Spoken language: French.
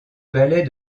ballet